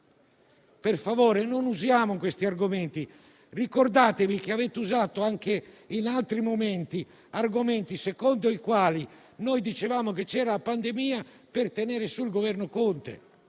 Per favore, non usiamo questi argomenti. Ricordate che avete usato, anche in altri momenti, argomenti secondo i quali noi dicevamo che c'era la pandemia per tenere in vita il Governo Conte.